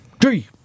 Three